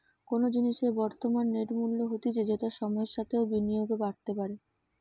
কোনো জিনিসের বর্তমান নেট মূল্য হতিছে যেটা সময়ের সাথেও বিনিয়োগে বাড়তে পারে